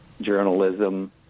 journalism